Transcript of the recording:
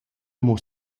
amo